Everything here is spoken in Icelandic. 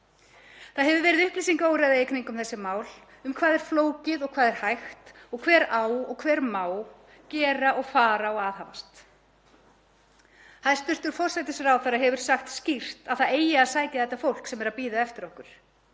Það hefur verið upplýsingaóreiða í kringum þessi mál, um hvað er flókið og hvað er hægt og hver á og hver má gera og fara og aðhafast. Hæstv. forsætisráðherra hefur sagt skýrt að það eigi að sækja þetta fólk sem er að bíða eftir okkur.